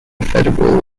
federal